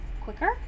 quicker